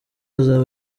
azaba